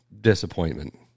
disappointment